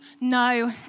no